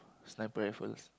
sniper rifles